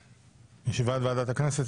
ישיבת ועדת הכנסת,